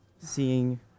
Seeing